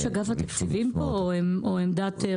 האם יש פה נציג מאגף תקציבים או מישהו שיציג את עמדת רשות החברות?